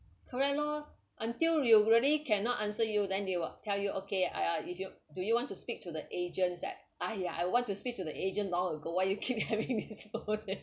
correct lor until you really cannot answer you then they will tell you okay uh ya if you do you want to speak to the agent I was like I want to speak to the agent long ago why you keep having this all day